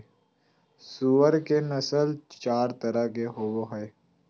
सूअर के नस्ल चार तरह के होवो हइ